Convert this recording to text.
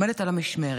עומדת על המשמרת